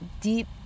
deep